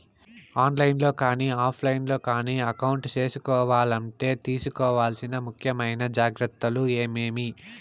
On line లో కానీ offline లో కానీ అకౌంట్ సేసుకోవాలంటే తీసుకోవాల్సిన ముఖ్యమైన జాగ్రత్తలు ఏమేమి?